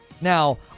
Now